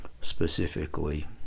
specifically